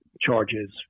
charges